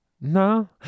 No